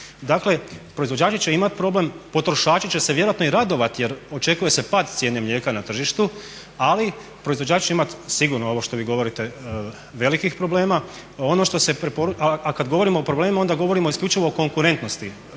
Dakle, proizvođači će imati problem, potrošači će se vjerojatno i radovati jer očekuje se pad cijene mlijeka na tržištu ali proizvođači će imati sigurno ovo što vi govorite velikih problema. A kad govorimo o problemima onda govorimo isključivo o konkurentnosti